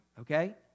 Okay